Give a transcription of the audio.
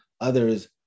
others